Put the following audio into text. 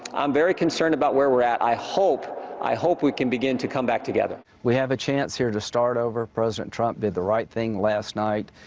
i'm very concerned about where we're at. i hope i hope we can begin to come back together. we have a chance here to start over. president trump did the right thing last night,